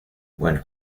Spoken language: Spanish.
bueno